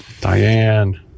diane